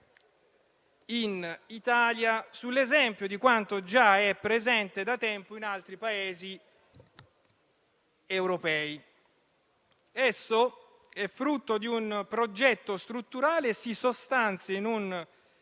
in Italia sull'esempio di quanto già è presente da tempo in altri Paesi europei. Esso è frutto di un progetto strutturale e si sostanzia in un